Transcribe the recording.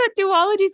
duologies